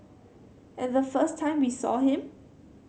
and the first time we saw him